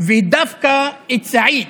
ודווקא את סעיד.